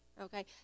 okay